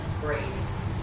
grace